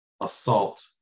assault